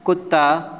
ਕੁੱਤਾ